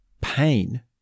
pain